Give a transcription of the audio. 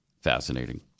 fascinating